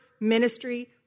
ministry